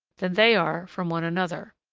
than they are from one another.